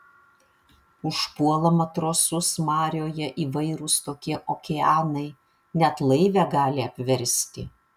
užpuola matrosus marioje įvairūs tokie okeanai net laivę gali apversti